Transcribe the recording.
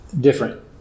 different